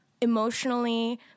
emotionally